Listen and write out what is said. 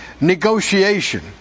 negotiation